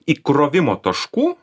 įkrovimo taškų